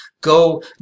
go